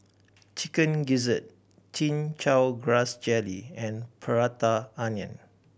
Chicken Gizzard Chin Chow Grass Jelly and Prata Onion